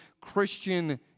Christian